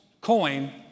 coin